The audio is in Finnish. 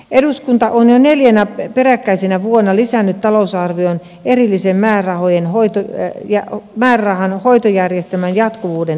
eduskunta on jo neljänä peräkkäisenä vuonna lisännyt talousarvioon erillisen määrärahan hoitojärjestelmän jatkuvuuden varmistamiseksi